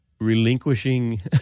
relinquishing